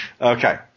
okay